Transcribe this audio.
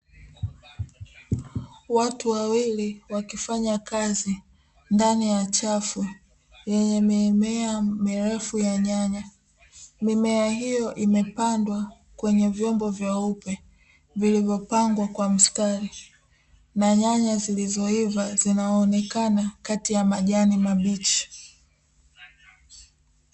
Watu wawili wakifanya kazi ndani ya chafu yenye mimea mirefu ya nyanya, mimea hiyo imepandwa kwenye vyombo vyeupe vilivyopangwa kwa msitari na nyanya zilizoiva zinaonekana kati ya majani mabichi.